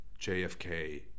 JFK